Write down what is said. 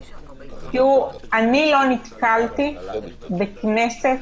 תראו, אני לא נתקלתי בכנסת